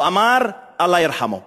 הוא אמר: אללה ירחמו.